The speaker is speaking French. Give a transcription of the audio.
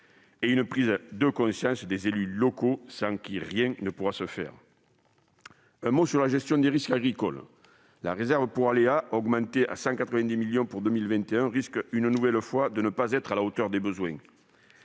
et une prise de conscience des élus locaux, sans lesquels rien ne pourra se faire. J'en viens à la gestion des risques agricoles. La réserve pour aléas, portée à 190 millions d'euros pour 2021, risque, une nouvelle fois, de ne pas être à la hauteur des besoins.